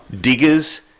diggers